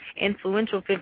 influential